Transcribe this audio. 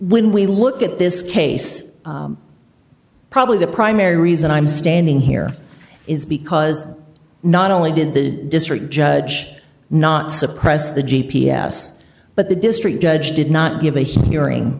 when we look at this case probably the primary reason i'm standing here is because not only did the district judge not suppress the g p s but the district judge did not give a hearing